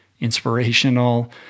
inspirational